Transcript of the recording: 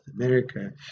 America